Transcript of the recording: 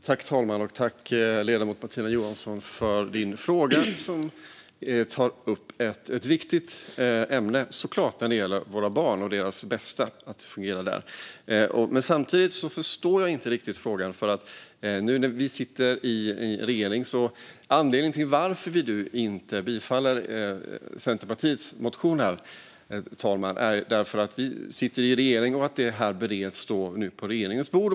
Herr talman! Tack, ledamoten Martina Johansson, för frågan som tar upp ett viktigt ämne när det gäller våra barn och deras bästa! Men samtidigt förstår jag inte frågan. Anledningen till att vi inte bifaller Centerpartiets motion, herr talman, är att vi sitter i regering och att detta bereds på regeringens bord.